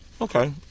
okay